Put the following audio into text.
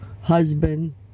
husband